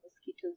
mosquitoes